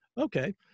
Okay